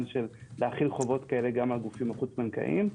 של להחיל חובות כאלה גם על גופים חוץ בנקאיים.